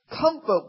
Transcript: Comfort